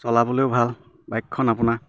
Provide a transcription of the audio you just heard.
চলাবলেও ভাল বাইকখন আপোনাৰ